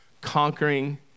conquering